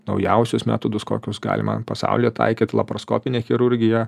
naujausius metodus kokius galima pasaulyje taikyt laparoskopinė chirurgija